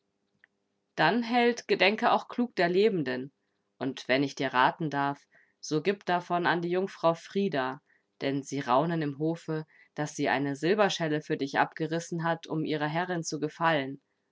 dann held gedenke auch klug der lebenden und wenn ich dir raten darf so gib davon an die jungfrau frida denn sie raunen im hofe daß sie eine silberschelle für dich abgerissen hat um ihrer herrin zu gefallen